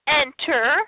enter